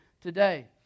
today